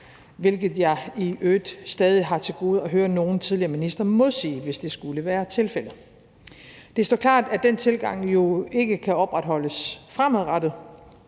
hvilket jeg i øvrigt stadig har til gode at høre nogen tidligere ministre modsige, hvis det skulle være tilfældet. Det står klart, at den tilgang jo ikke kan opretholdes fremadrettet.